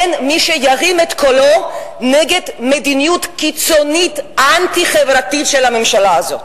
אין מי שירים את קולו נגד מדיניות אנטי-חברתית קיצונית של הממשלה הזאת.